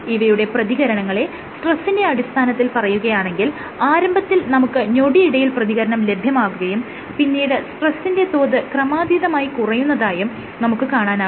ഇവയുടെ പ്രതികരണങ്ങളെ സ്ട്രെസ്സിന്റെ അടിസ്ഥാനത്തിൽ പറയുകയാണെങ്കിൽ ആരംഭത്തിൽ നമുക്ക് ഞൊടിയിടയിൽ പ്രതികരണം ലഭ്യമാകുകയും പിന്നീട് സ്ട്രെസ്സിന്റെ തോത് ക്രമാധീതമായി കുറയുന്നതായും നമുക്ക് കാണാനാകുന്നു